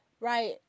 right